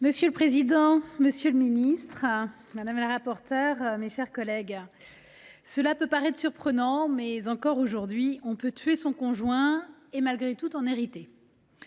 Monsieur le président, monsieur le garde des sceaux, mes chers collègues, cela peut sembler surprenant, mais, encore aujourd’hui, on peut tuer son conjoint et malgré tout en hériter.